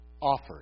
offered